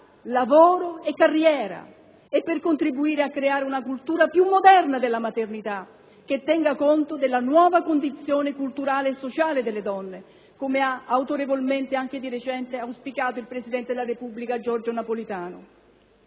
lavoro e carriera, e per contribuire a creare una cultura più moderna della maternità, che tenga conto della nuova condizione culturale e sociale delle donne, come ha autorevolmente, anche di recente, auspicato il presidente della Repubblica Giorgio Napolitano?